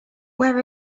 where